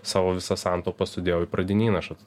savo visas santaupas sudėjau į pradinį įnašą